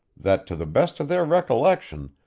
that, to the best of their recollection,